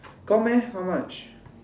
got meh how much